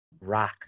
rock